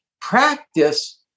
Practice